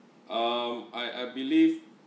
uh I I believe